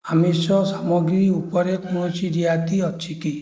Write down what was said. ଆମିଷ ସାମଗ୍ରୀ ଉପରେ କୌଣସି ରିହାତି ଅଛି କି